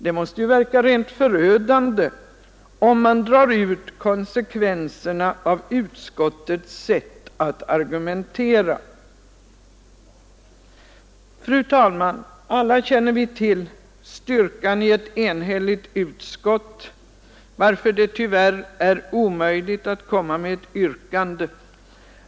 Det måste verka rent förödande, om man drar ut konsekvenserna av utskottets sätt att argumentera. Fru talman! Alla känner vi till styrkan i ett enhälligt utskott, varför det tyvärr är utsiktslöst att ställa ett annat yrkande.